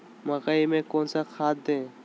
मकई में कौन सा खाद दे?